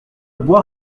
bois